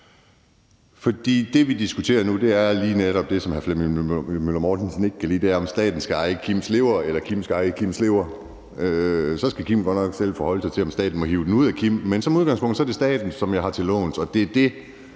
For det, vi diskuterer nu, er lige netop det, som hr. Flemming Møller Mortensen ikke kan lide, nemlig om staten skal eje Kims lever, eller om Kim skal eje Kims lever. Så skal Kim godt nok selv forholde sig til, om staten må hive den ud af ham, men som udgangspunkt, er det staten, som man har den til låns af, og det er det,